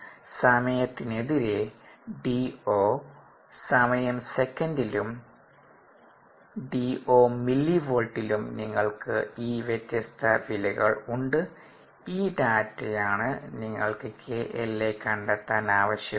സമയത്തിനെതിരെ DO സമയം സെക്കന്റിലും DO മില്ലി വോൾടിലും നിങ്ങൾക്ക് ഈ വ്യത്യസ്ത വിലകൾ ഉണ്ട് ഈ ഡാറ്റ യാണ് നിങ്ങൾക്ക് KLa കണ്ടെത്താൻ ആവശ്യപ്പെടുന്നത്